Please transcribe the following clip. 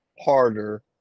harder